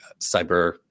cyber